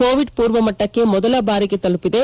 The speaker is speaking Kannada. ಕೋವಿಡ್ ಪೂರ್ವ ಮಟ್ಸಕ್ಕೆ ಮೊದಲ ಬಾರಿಗೆ ತಲುಪಿದೆ